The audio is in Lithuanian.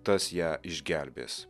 tas ją išgelbės